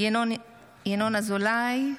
ינון אזולאי,